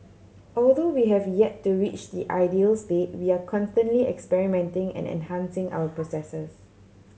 although we have yet to reach the ideal state we are constantly experimenting and enhancing our processes